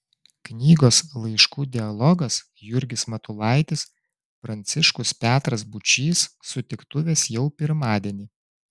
knygos laiškų dialogas jurgis matulaitis pranciškus petras būčys sutiktuvės jau pirmadienį